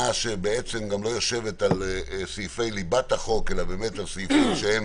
שבעצם גם לא יושבת על סעיפי ליבת החוק אלא באמת על סעיפים שהם